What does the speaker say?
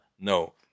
No